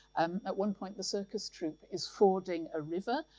um at one point, the circus troupe is fording a river.